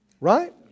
Right